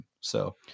So-